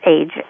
age